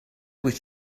would